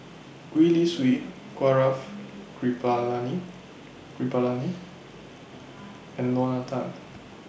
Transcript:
Gwee Li Sui Gaurav Kripalani Kripalani and Lorna Tan